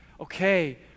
okay